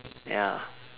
ya